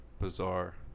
bizarre